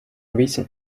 recent